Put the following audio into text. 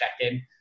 check-in